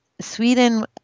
Sweden